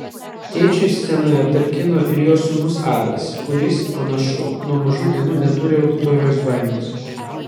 tėčiui scenoje talkino ir jo sūnus adas kuris panašu nuo mažų dienų neturi auditorijos baimės